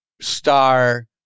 star